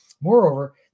Moreover